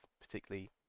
particularly